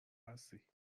هستی